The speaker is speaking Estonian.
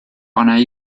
pane